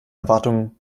erwartungen